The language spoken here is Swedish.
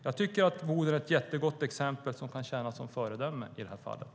Jag tycker att Boden är ett jättegott exempel som kan tjäna som föredöme i det här fallet.